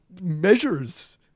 measures